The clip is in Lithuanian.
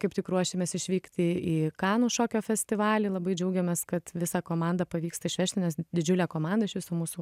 kaip tik ruošiamės išvykti į kanų šokio festivalį labai džiaugiamės kad visą komandą pavyksta išvežti nes didžiulė komanda iš viso mūsų